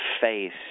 face